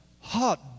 hot